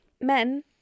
men